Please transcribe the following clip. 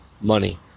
money